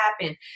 happen